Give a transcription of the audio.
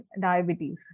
diabetes